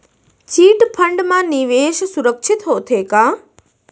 Chit fund मा निवेश सुरक्षित होथे का?